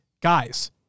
guys